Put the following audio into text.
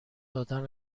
دادن